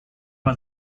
war